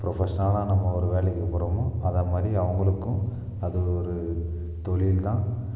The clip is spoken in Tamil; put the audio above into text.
ப்ரொஃபஷ்னலாக நம்ம ஒரு வேலைக்குப் போகிறோமோ அது மாதிரி அவர்களுக்கும் அது ஒரு தொழில் தான்